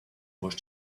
wash